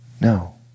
No